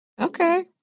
okay